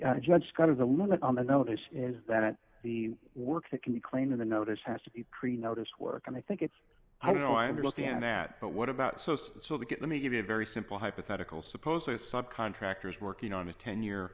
a judge got of the law but on another issue is that the work that can be claimed in the notice has to be pretty notice work and i think it's i don't know i understand that but what about sosa so they get let me give you a very simple hypothetical suppose they sub contractors working on a ten year